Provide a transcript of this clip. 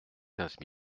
quinze